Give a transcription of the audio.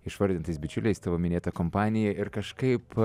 išvardintais bičiuliais tavo minėta kompanija ir kažkaip